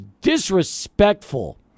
disrespectful